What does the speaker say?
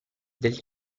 del